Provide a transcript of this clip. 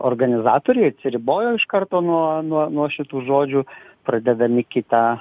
organizatoriai atsiribojo iš karto nuo nuo nuo šitų žodžių pradedami kitą